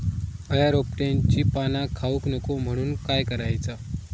अळ्या रोपट्यांची पाना खाऊक नको म्हणून काय करायचा?